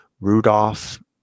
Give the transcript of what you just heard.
Rudolph